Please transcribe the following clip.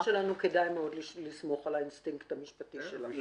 מהניסיון שלנו כדאי מאוד לסמוך על האינסטינקט המשפטי שלך.